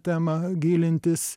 temą gilintis